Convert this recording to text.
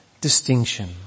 distinction